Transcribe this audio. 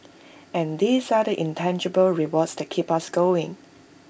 and these are the intangible rewards that keep us going